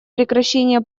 прекращение